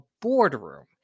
boardroom